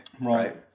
Right